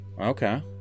Okay